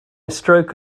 stroke